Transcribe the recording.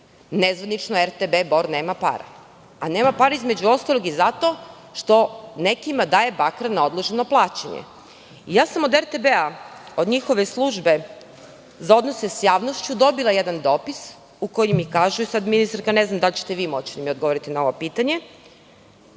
Nezvanično RTB Bor nema para. Nema para između ostalog i zato što nekima daje bakar na odloženo plaćanje. Ja sam od RTB, od njihove službe za odnose sa javnošću dobila jedan dopis u kojem mi kažu, sada ministarka ne znam da li ćete vi moći da mi odgovorite na ovo pitanje,